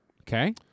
Okay